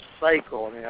cycle